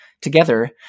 Together